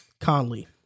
Conley